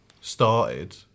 started